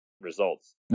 results